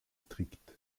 stricte